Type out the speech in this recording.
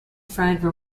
fried